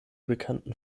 bekannten